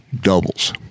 doubles